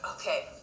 Okay